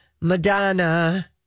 Madonna